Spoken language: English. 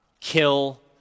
kill